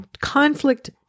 Conflict